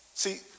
See